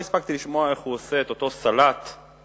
כבר הספקתי לשמוע איך הוא עושה את אותו סלט מיותר,